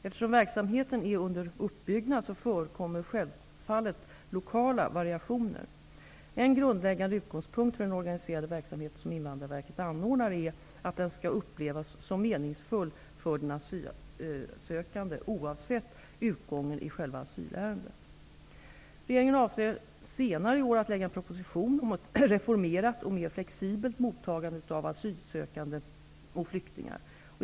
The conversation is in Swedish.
Eftersom verksamheten är under uppbyggnad förekommer självfallet lokala variationer. En grundläggande utgångspunkt för den organiserade verksamhet som Invandrarverket anordnar är att den skall upplevas som meningsfull för den asylsökande oavsett utgången i själva asylärendet. Regeringen avser senare i år att lägga en proposition om ett reformerat och mer flexibelt mottagande av asylsökande och flyktingar.